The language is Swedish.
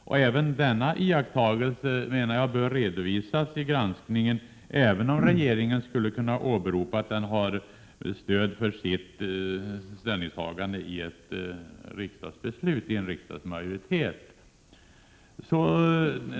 Och även denna iakttagelse bör, menar jag, redovisas vid granskningen, även om regeringen skulle kunna åberopa att den har stöd för sitt ställningstagande i ett riksdagsbeslut, i en riksdagsmajoritet.